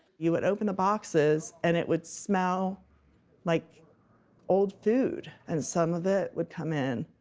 you would open the boxes, and it would smell like old food. and some of it would come in.